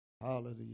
Hallelujah